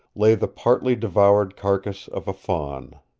lay the partly devoured carcass of a fawn.